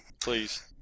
Please